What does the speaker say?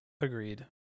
Agreed